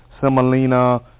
Semolina